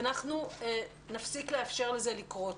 אנחנו נפסיק לאפשר לזה לקרות.